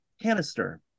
canister